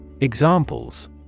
Examples